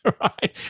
right